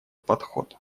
подход